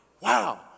wow